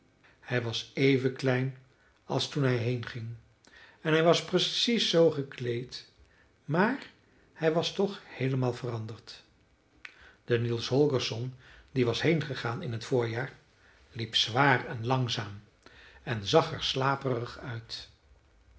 hij was even klein als toen hij heenging en hij was precies zoo gekleed maar hij was toch heelemaal veranderd de niels holgersson die was heengegaan in t voorjaar liep zwaar en langzaam en zag er slaperig uit